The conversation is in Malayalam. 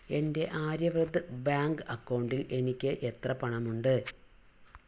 എൻ്റെ ആര്യവ്രത് ബാങ്ക് അക്കൗണ്ടിൽ എനിക്ക് എത്ര പണമുണ്ട്